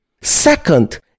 Second